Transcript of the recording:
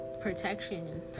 protection